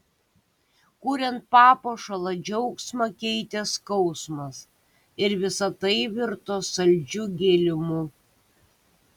kuriant papuošalą džiaugsmą keitė skausmas ir visa tai virto saldžiu gėlimu